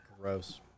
Gross